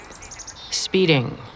Speeding